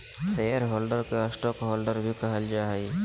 share holder के stockholder भी कहल जा हइ